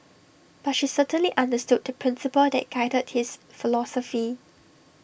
but she certainly understood the principle that guided his philosophy